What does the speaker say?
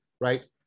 right